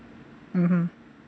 mmhmm